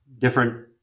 different